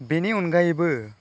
बेनि अनगायैबो